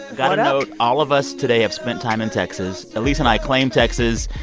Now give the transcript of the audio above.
got to note all of us today have spent time in texas. elise and i claim texas,